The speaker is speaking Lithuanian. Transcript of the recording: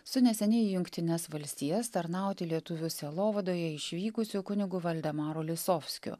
su neseniai į jungtines valstijas tarnauti lietuvių sielovadoje išvykusiu kunigu valdemaru lisovskiu